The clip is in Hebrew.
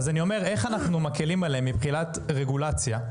איך אנחנו מקלים עליהם מבחינת רגולציה,